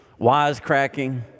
wisecracking